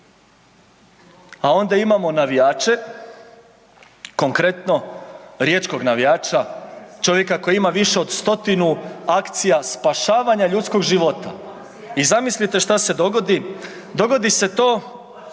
a onda imamo navijače, konkretno riječkog navijača, čovjeka koja ima više od 100 akcija spašavanja ljudskog života i zamislite šta se dogodi? Dogodi se to